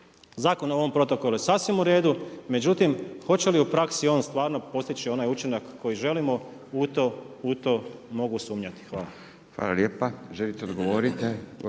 zakon o ovom protokolu je sasvim u redu, međutim hoće li u praksi on stvarno postići onaj učinak koji želimo, u to mogu sumnjati. Hvala.